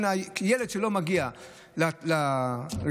הילד שלא מגיע לגן,